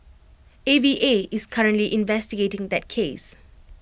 A V A is currently investigating that case